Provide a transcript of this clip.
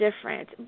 different